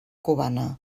cubana